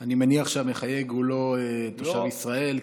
אני מניח שהמחייג הוא לא תושב ישראל,